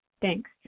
Thanks